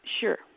Sure